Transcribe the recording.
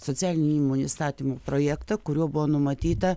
socialinių įmonių įstatymo projektą kuriuo buvo numatyta